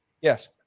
Yes